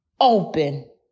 Open